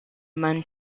man